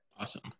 Awesome